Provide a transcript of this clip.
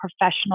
professional